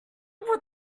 will